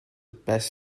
best